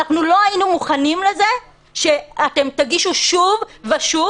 אנחנו לא היינו מוכנים לזה שתגישו שוב ושוב